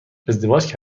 ازدواج